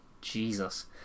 Jesus